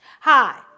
Hi